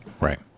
Right